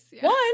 one